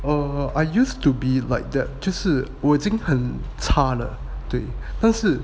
err I used to be like the 就是我已经很差了对但是